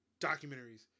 documentaries